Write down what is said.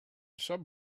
some